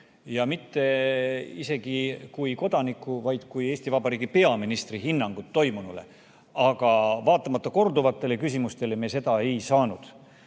ja mitte isegi kui kodaniku, vaid kui Eesti Vabariigi peaministri hinnangut toimunule. Aga vaatamata korduvatele küsimustele me seda ei saanud.